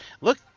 look